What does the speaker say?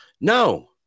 no